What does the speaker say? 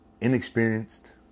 inexperienced